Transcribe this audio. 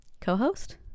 co-host